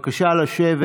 התשפ"ב 2022. בבקשה לשבת.